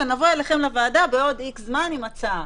ונבוא אליכם לוועדה בעוד X זמן עם הצעה.